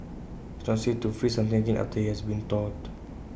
IT is not safe to freeze something again after IT has thawed